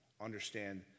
understand